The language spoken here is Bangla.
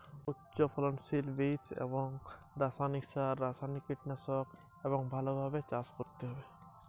কৃষির ক্ষেত্রে ধান গম জোয়ার বাজরা রাগি ইত্যাদি খাদ্য ফসলের ফলন কীভাবে বৃদ্ধি পাবে?